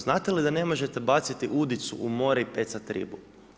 Znate li da ne možete baciti udicu u more i pecati ribu?